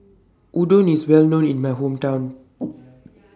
Udon IS Well known in My Hometown